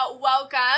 welcome